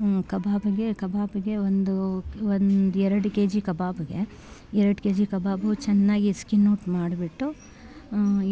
ಹ್ಞೂ ಕಬಾಬ್ಗೆ ಕಬಾಬ್ಗೆ ಒಂದು ಒಂದು ಎರಡು ಕೆ ಜಿ ಕಬಾಬ್ಗೆ ಎರ್ಡು ಕೆ ಜಿ ಕಬಾಬು ಚೆನ್ನಾಗಿ ಸ್ಕಿನ್ ಔಟ್ ಮಾಡ್ಬಿಟ್ಟು